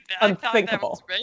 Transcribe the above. unthinkable